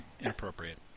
Inappropriate